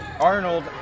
Arnold